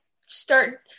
start